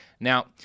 Now